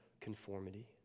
conformity